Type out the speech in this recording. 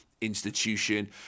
institution